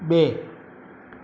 બે